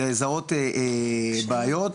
לזהות בעיות,